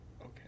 Okay